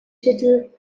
titel